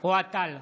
אוהד טל,